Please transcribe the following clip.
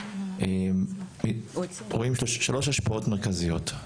רואים שלוש השפעות מרכזיות,